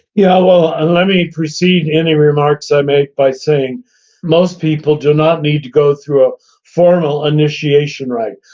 yeah, well, ah let me precede any remarks i make by saying most people do not need to go through a formal initiation rite.